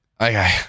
Okay